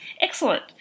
Excellent